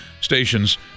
stations